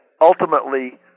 ultimately